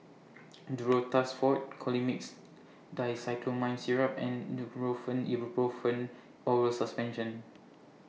Duro Tuss Forte Colimix Dicyclomine Syrup and Nurofen Ibuprofen Oral Suspension